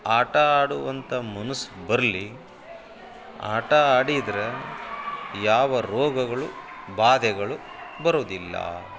ಆಟ ಆಡುವಂಥ ಮನಸ್ಸು ಬರಲಿ ಆಟ ಆಡಿದ್ರೆ ಯಾವ ರೋಗಗಳೂ ಬಾಧೆಗಳೂ ಬರೋದಿಲ್ಲ